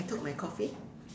I took my coffee